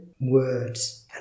words